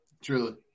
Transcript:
Truly